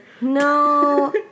No